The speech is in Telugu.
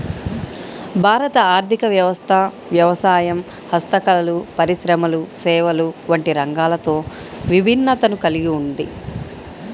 భారత ఆర్ధిక వ్యవస్థ వ్యవసాయం, హస్తకళలు, పరిశ్రమలు, సేవలు వంటి రంగాలతో విభిన్నతను కల్గి ఉంది